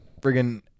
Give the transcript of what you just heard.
friggin